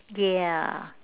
yeah